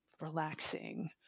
relaxing